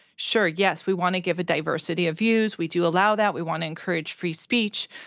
sure, yes, we wanna give a diversity of views. we do allow that. we wanna encourage free speech.